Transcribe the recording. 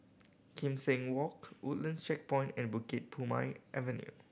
Kim Seng Walk Woodlands Checkpoint and Bukit Purmei Avenue